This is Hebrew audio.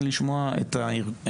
אני אשמח לשמוע את הארגונים.